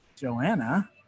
Joanna